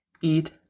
eat